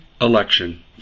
election